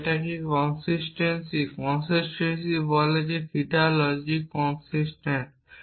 কিন্তু এটা কি কনসিসটেন্সি কনসিসটেন্সি বলে থিটা লজিক কনসিস্টেন্ট